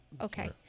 Okay